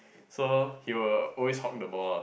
so he will always hog the ball ah